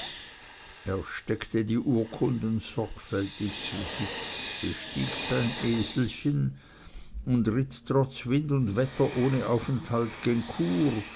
er steckte die urkunden sorgfältig zu sich bestieg sein eselchen und ritt trotz wind und wetter ohne aufenthalt gen chur